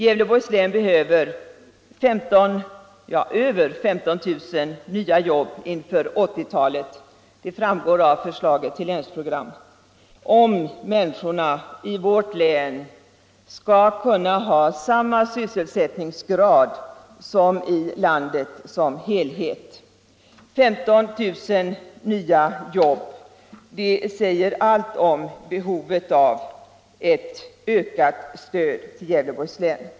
Gävleborgs län behöver över 15 000 nya jobb inför 1980-talet — det framgår av förslaget till Länsprogram - om människorna i vårt län skall ha samma sysselsättningsgrad som man har i landet som helhet. 15 000 nya jobb — det säger allt om behovet av ett ökat stöd till Gävleborgs län.